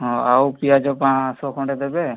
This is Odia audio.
ହଁ ଆଉ ପିଆଜ ପାଞ୍ଚଶହ ଖଣ୍ଡେ ଦେବେ